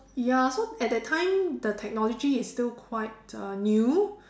ya so at that time the technology is still quite uh new